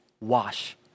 wash